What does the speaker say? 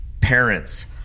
parents